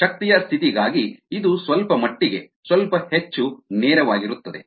ಶಕ್ತಿಯ ಸ್ಥಿತಿಗಾಗಿ ಇದು ಸ್ವಲ್ಪಮಟ್ಟಿಗೆ ಸ್ವಲ್ಪ ಹೆಚ್ಚು ನೇರವಾಗಿರುತ್ತದೆ